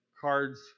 Cards